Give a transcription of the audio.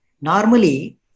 Normally